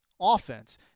offense